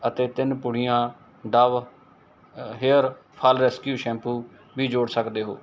ਅਤੇ ਤਿੰਨ ਪੁੜੀਆਂ ਡਵ ਹੇਅਰਫਾਲ ਰੈਸਕਿਊ ਸ਼ੈਂਪੂ ਵੀ ਜੋੜ ਸਕਦੇ ਹੋ